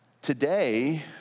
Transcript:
Today